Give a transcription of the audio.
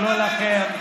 ולא לכם,